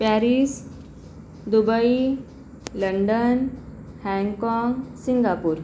Paris Dubai London हँगकाँग Singapore